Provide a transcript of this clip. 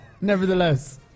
nevertheless